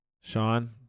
sean